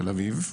תל אביב,